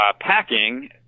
packing